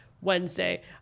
Wednesday